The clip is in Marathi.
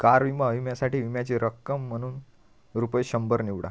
कार विमा विम्यासाठी विम्याची रक्कम म्हणून रुपये शंभर निवडा